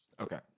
Okay